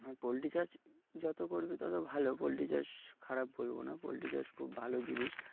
আরঁ poultry চাষ যত করবে তত ভালো পোলট্রি চাষ খারাপ বলবো না পোলট্রি চাষ খুব ভালো জিনিস